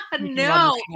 no